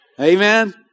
Amen